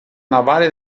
navale